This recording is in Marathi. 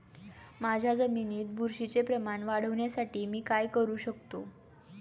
माझ्या जमिनीत बुरशीचे प्रमाण वाढवण्यासाठी मी काय करू शकतो?